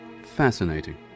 Fascinating